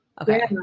Okay